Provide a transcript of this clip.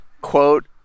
quote